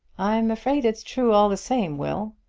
i'm afraid it's true all the same will.